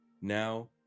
Now